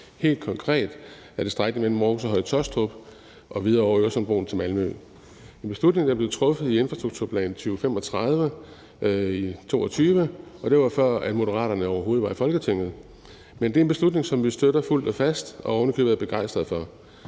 Helt konkret er det på strækningen mellem Aarhus og Høje-Taastrup og videre over Øresundsbroen til Malmø. Det er en beslutning, der blev truffet i infrastrukturplanen for 2035 i 2022, og det var, før Moderaterne overhovedet var i Folketinget, men det er en beslutning, som vi støtter fuldt og fast og ovenikøbet er begejstrede for.